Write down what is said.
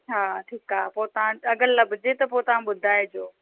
हा ठीकु आहे पोइ तव्हां अगरि लभजे त पोइ तव्हां ॿुधाए जो